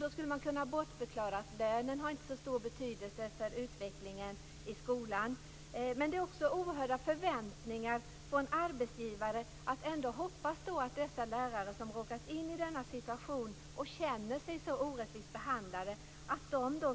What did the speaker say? Då skulle man kunna bortförklara detta med att säga att lönen inte har så stor betydelse för utvecklingen i skolan. Men det är också oerhörda förväntningar från arbetsgivare som ändå hoppas att de lärare som råkat in i denna situation, och som känner sig så orättvist behandlade,